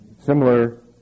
Similar